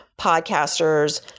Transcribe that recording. podcasters